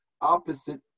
opposite